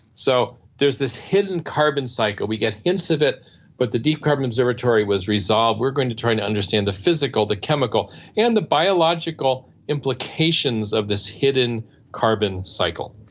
so there is this hidden carbon cycle, we get hints of it but the deep carbon observatory was resolved, we are going to try and understand the physical, the chemical and the biological implications of this hidden carbon cycle.